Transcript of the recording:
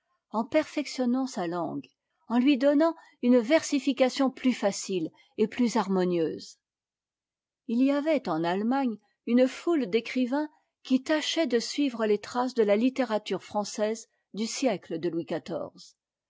en perfectionnant sa langue en lui donnant une versification plus facile et plus harmonieuse ii y avait en allemagne une foule d'écrivains qui tâchaient de suivre les traces de la littérature française du siècle de louis